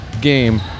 Game